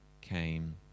came